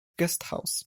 guesthouse